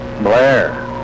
Blair